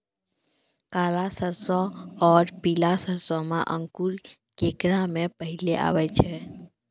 काला सरसो और पीला सरसो मे अंकुर केकरा मे पहले आबै छै?